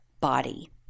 body